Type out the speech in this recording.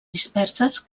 disperses